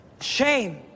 Shame